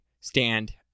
stand